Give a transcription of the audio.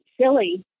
silly